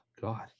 god